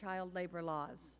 child labor laws